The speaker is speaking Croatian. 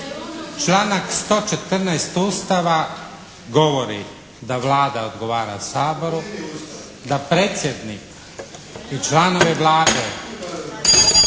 Članak 114. Ustava govori da Vlada odgovara Saboru, da predsjednik i članovi Vlade